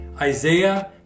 Isaiah